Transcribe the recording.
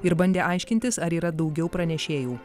ir bandė aiškintis ar yra daugiau pranešėjų